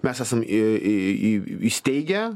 mes esam į į į įsteigę